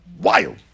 wild